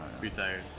Retired